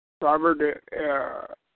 Robert